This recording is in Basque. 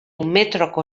metroko